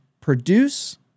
produce